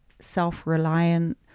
self-reliant